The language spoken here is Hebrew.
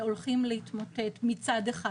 שהולכים להתמוטט מצד אחד,